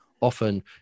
often